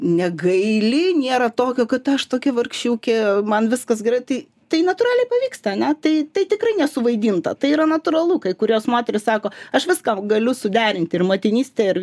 negaili nėra tokio kad aš tokia vargšiukė man viskas gerai tai tai natūraliai pavyksta ane tai tai tikrai nesuvaidinta tai yra natūralu kai kurios moterys sako aš viską galiu suderinti ir motinystę ir